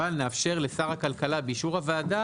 אבל נאפשר לשר הכלכלה באישור הוועדה